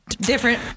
different